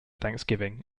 thanksgiving